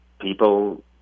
people